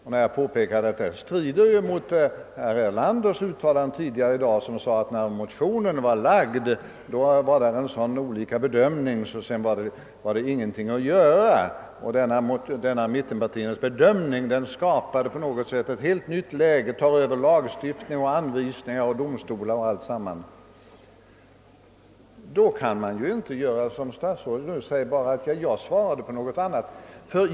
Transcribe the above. Men jag framhöll att det strider mot herr Erlanders uttalande tidigare i dag, att när motionerna var framlagda blev bedömningen så olika att det inte var någonting att göra. Denna mittenpartiernas bedömning skapade på något sätt ett helt nytt läge, tog över lagstiftning, anvisningar, domstolar etc. Då kan man inte säga som statsrådet Geijer att »jag svarade på någonting annat».